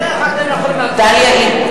(קוראת בשמות חברי הכנסת) ישראל אייכלר,